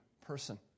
person